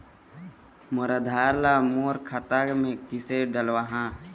मोर आधार ला मोर खाता मे किसे डलवाहा?